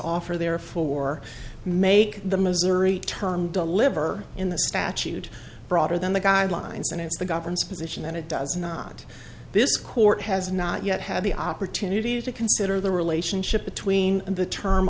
offer therefore make the missouri term deliver in the statute broader than the guidelines and it's the governor's position that it does not this court has not yet had the opportunity to consider the relationship between the term